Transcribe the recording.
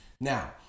Now